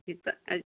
कितना